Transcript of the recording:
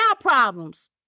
problems